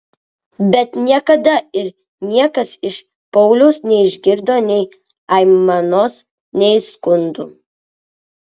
bet niekada ir niekas iš pauliaus neišgirdo nei aimanos nei skundų